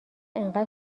انقدر